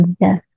yes